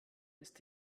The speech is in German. ist